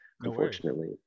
unfortunately